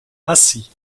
acy